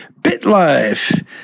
BitLife